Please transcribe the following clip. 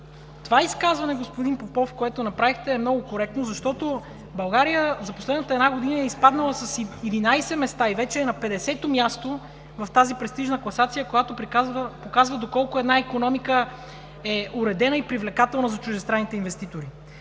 направихте, господин Попов, е много коректно, защото България за последната една година е изпаднала с 11 места и вече е на 50-то място в тази престижна класация, която показва доколко една икономика е уредена и привлекателна за чуждестранните инвеститори.